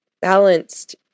balanced